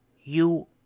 You